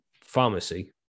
pharmacy